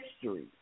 history